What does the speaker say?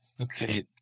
Okay